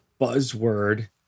buzzword